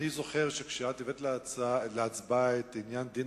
אני זוכר שכשאת הבאת להצבעה את עניין דין